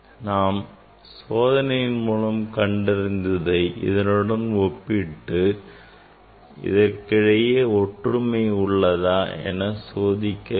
நாம் சோதனையின் மூலம் கண்டறிந்ததை இதனுடன் ஒப்பிட்டு இதற்கிடையே ஒற்றுமை உள்ளதா என சோதிக்க வேண்டும்